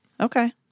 Okay